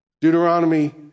Deuteronomy